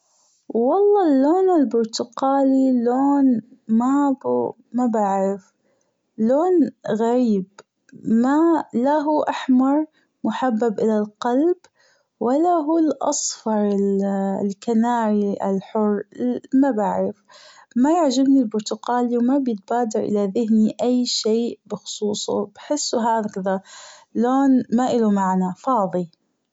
والله اللون البرتقالي مابه مابعرف لون غريب ما لا هو أحمر محبب ألى القلب ولا هو الأصفر الكناري الحر ما بعرف ما عاجبني البرتقالي وما بيتبادر إلى ذهني أي شئ بخصوصه بحسه هكذا لون ما إله معنى فاظي.